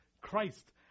Christ